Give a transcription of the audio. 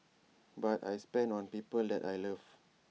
but I spend on people that I love